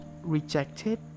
rejected